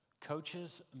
coaches